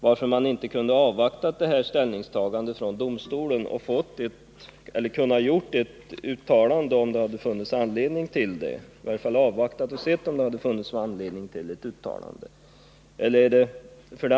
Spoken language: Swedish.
Varför kunde inte utskottet avvakta domstolens ställningstagande och se om det fanns anledning att göra något uttalande? 2.